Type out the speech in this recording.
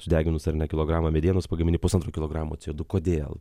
sudeginus ar ne kilogramą medienos pagamini pusantro kilogramo co du kodėl